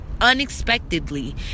unexpectedly